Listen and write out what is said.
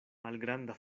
malgranda